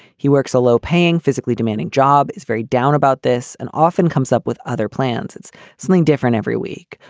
he works a low paying, physically demanding job, is very down about this and often comes up with other plans. it's something different every week.